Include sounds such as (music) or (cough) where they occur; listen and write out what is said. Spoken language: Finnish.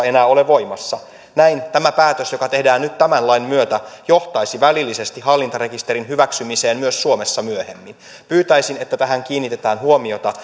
(unintelligible) enää jatkossa ole voimassa näin tämä päätös joka tehdään nyt tämän lain myötä johtaisi välillisesti hallintarekisterin hyväksymiseen myös suomessa myöhemmin pyytäisin että tähän kiinnitetään huomiota (unintelligible)